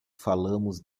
falamos